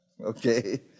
Okay